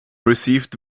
received